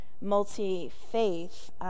multi-faith